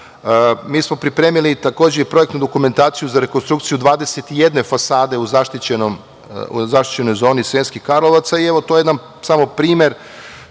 smo pripremili takođe, projektni dokumentaciju za rekonstrukciju 21 fasade u zaštićenoj zoni Sremskih Karlovaca, i evo, to je samo jedan primer